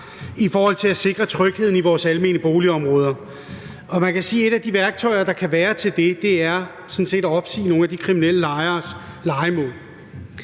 i forhold til at sikre trygheden i vores almene boligområder. Og man kan sige, at et af de værktøjer, der kan være med til at gøre det, er at opsige nogle af de kriminelle lejeres lejemål.